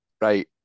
Right